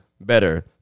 better